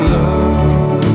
love